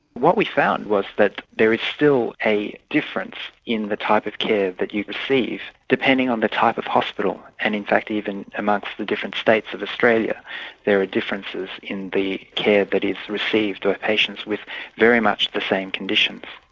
what we found was that there is still a difference in the type of care that you receive depending on the type of hospital, and in fact even amongst the different states of australia there are differences in the care that but is received by patients with very much the same conditions.